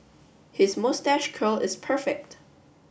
his moustache curl is perfect